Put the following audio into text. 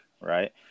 Right